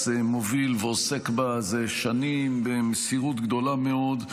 מוביל ועוסק בה זה שנים במסירות גדולה מאוד,